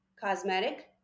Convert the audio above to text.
cosmetic